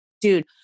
dude